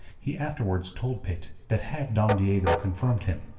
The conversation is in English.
he afterwards told pitt that had don diego confirmed him,